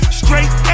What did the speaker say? straight